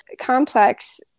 Complex